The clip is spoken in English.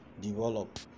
develop